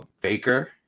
Baker